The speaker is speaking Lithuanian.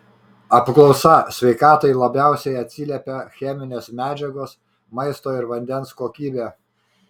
apklausa sveikatai labiausiai atsiliepia cheminės medžiagos maisto ir vandens kokybė